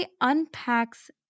unpacks